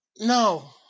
No